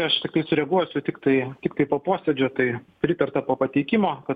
aš tiktai sureaguosiu tiktai tiktai po posėdžio tai pritarta po pateikimo kad